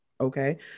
Okay